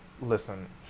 listen